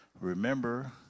Remember